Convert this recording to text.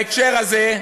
בהקשר הזה,